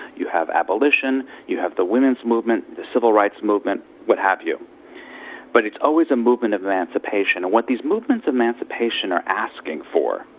you have abolition, you have the women's movement, the civil rights movement, what have you but it's always a movement of emancipation. and what these movements of emancipation are asking for,